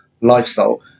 lifestyle